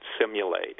simulate